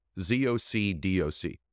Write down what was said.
Z-O-C-D-O-C